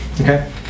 Okay